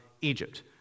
Egypt